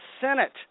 Senate